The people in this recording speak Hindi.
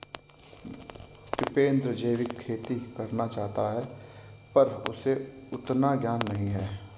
टिपेंद्र जैविक खेती करना चाहता है पर उसे उतना ज्ञान नही है